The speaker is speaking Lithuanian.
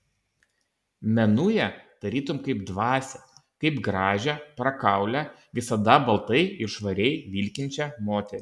menu ją tarytum kaip dvasią kaip gražią prakaulią visada baltai ir švariai vilkinčią moterį